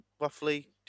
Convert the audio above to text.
roughly